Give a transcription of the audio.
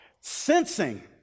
sensing